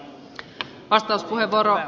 arvoisa puhemies